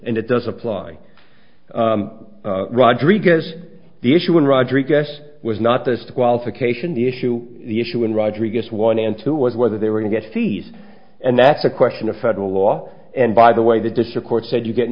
and it doesn't apply rodriguez the issue in rodriguez was not this the qualification the issue the issue in rodrigues one and two was whether they were to get fees and that's a question of federal law and by the way the district court said you get